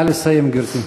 נא לסיים, גברתי.